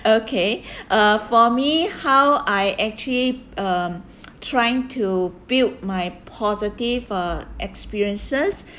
okay uh for me how I actually um trying to build my positive uh experiences